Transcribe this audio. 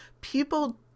people